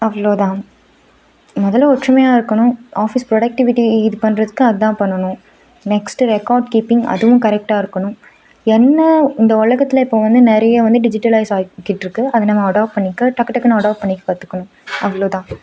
அவ்வளோ தான் முதல்ல ஒற்றுமையாக இருக்கணும் ஆஃபீஸ் ப்ரொடெக்ட்டிவிட்டி இது பண்ணுறத்துக்கும் அதான் பண்ணணும் நெக்ஸ்ட்டு ரெக்கார்ட் கீப்பிங் அதுவும் கரெக்டாக இருக்கணும் என்ன இந்த உலகத்துல இப்போ வந்து நிறைய வந்து டிஜிட்டலைஸ் ஆகிட்டு இருக்குது அது நம்ம அடாப் பண்ணிக்க டக்கு டக்குனு அடாப் பண்ணிக்க கற்றுக்கணும் அவ்வளோ தான்